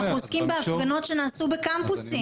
אנחנו עוסקים בהפגנות שהתקיימו בקמפוסים.